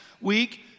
week